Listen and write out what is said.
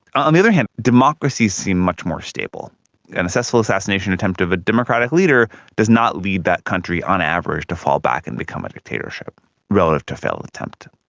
on the other hand, democracies seem much more stable. a successful assassination attempt of a democratic leader does not lead that country, on average, to fall back and become a dictatorship relative to a failed attempt.